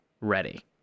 ready